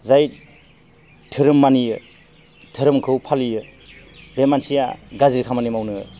जाय धोरोम मानियो धोरोमखौ फालियो बे मानसिया गाज्रि खामानि मावनो